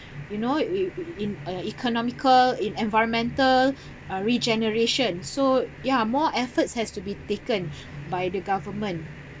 you know in a economical in environmental uh regeneration so ya more efforts has to be taken by the government